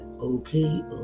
Okay